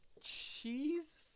Cheese